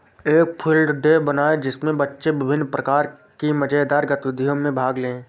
एक field day बनाएं जिसमें बच्चे विभिन्न प्रकार की मजेदार गतिविधियों में भाग लें